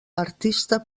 artista